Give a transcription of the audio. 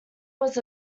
was